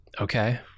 Okay